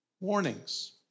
Warnings